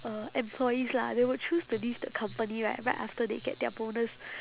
uh employees lah they would choose to leave the company right right after they get their bonus